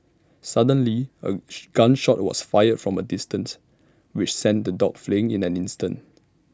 suddenly A gun shot was fired from A distance which sent the dogs fleeing in an instant